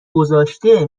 گذاشته